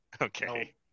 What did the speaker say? Okay